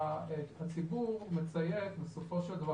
הציבור מציית בסופו של דבר,